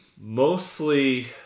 Mostly